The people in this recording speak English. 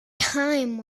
time